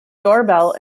doorbell